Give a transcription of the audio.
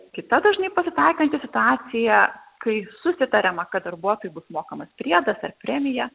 kita dažnai pasitaikanti situacija kai susitariama kad darbuotojui bus mokamas priedas ar premija